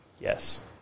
Yes